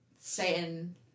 Satan